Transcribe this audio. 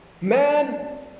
Man